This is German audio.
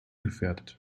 gefährdet